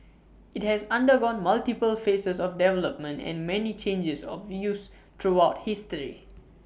IT has undergone multiple phases of development and many changes of use throughout history